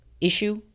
issue